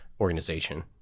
organization